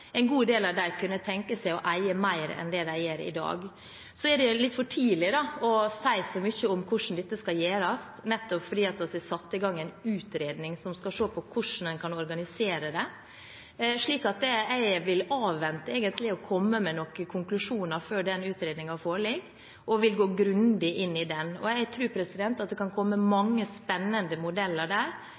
en god del av dem kunne tenke seg å eie mer enn de gjør i dag. Det er litt for tidlig å si så mye om hvordan dette skal gjøres, nettopp fordi vi har satt i gang en utredning om hvordan man kan organisere det. Jeg vil avvente å komme med noen konklusjoner før utredningen foreligger, og jeg vil gå grundig inn i den. Jeg tror det kan komme mange spennende modeller der